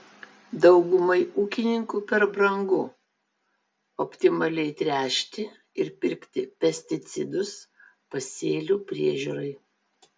daugumai ūkininkų per brangu optimaliai tręšti ir pirkti pesticidus pasėlių priežiūrai